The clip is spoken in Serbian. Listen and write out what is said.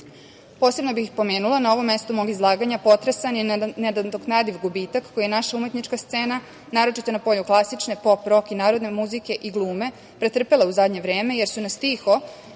Posebno bih pomenula na ovom mestu mog izlaganja potresan nenadoknadiv gubitak koji je naša muzička scena, naročito na polju klasične, pop, rok i narodne muzike i glume pretrpela u zadnje vreme, jer su nas tiho